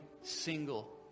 single